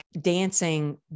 Dancing